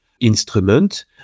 instrument